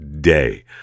day